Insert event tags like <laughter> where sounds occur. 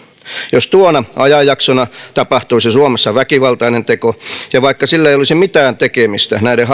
jos tuona ajanjaksona tapahtuisi suomessa väkivaltainen teko ja vaikka sillä ei olisi mitään tekemistä näiden <unintelligible>